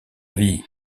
vie